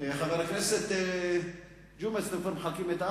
כל אשר אנחנו עושים זה מתוך